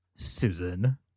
Susan